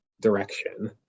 direction